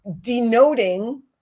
denoting